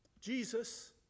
Jesus